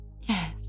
Yes